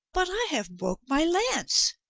but i have bwoke my lance,